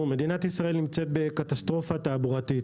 מדינת ישראל נמצאת בקטסטרופה תעבורתית